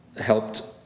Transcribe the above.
helped